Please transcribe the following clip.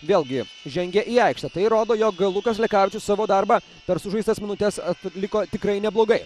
vėlgi žengia į aikštę tai rodo jog lukas lekavičius savo darbą per sužaistas minutes atliko tikrai neblogai